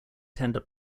tender